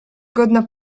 godna